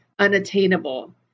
Unattainable